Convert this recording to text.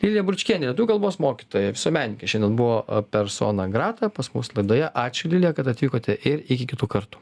lilija bručkienė lietuvių kalbos mokytoja visuomenininkė šiandien buvo persona grata pas mus laidoje ačiū lilija kad atvykote ir iki kitų kartų